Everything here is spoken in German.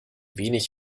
wenig